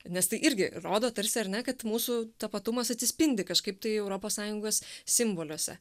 nes tai irgi rodo tarsi ar ne kad mūsų tapatumas atsispindi kažkaip tai europos sąjungos simboliuose